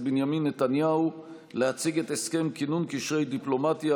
בנימין נתניהו להציג את הסכם כינון קשרי דיפלומטיה,